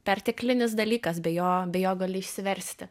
perteklinis dalykas be jo be jo gali išsiversti